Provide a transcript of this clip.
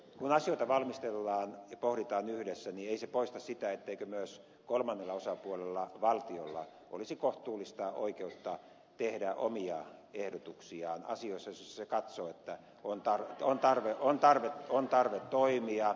kun asioita valmistellaan ja pohditaan yhdessä niin ei se poista sitä etteikö myös kolmannella osapuolella valtiolla olisi kohtuullista oikeutta tehdä omia ehdotuksiaan asioissa joissa se katsoo että kunta on tarve on tarve on tarve toimia